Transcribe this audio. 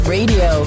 Radio